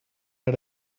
had